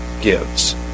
gives